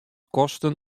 kosten